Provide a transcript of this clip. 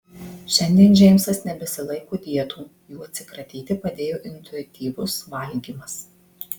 šiandien džeimsas nebesilaiko dietų jų atsikratyti padėjo intuityvus valgymas